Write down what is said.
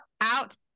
out